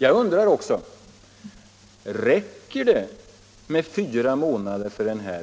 Jag undrar också: Räcker det med fyra månader för denna